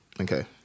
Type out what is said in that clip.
Okay